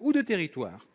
ou de territoires.